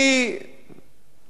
תהיה בטוח שכן.